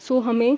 सो हमें